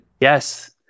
Yes